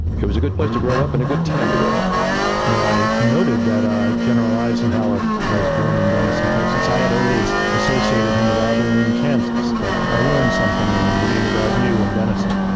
it was a good place to grow up and a good time to grow up. you know, i noted that general eisenhower was born in denison, texas. i had always associated him with abilene, kansas, but i learned something in reading about you and denison.